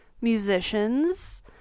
musicians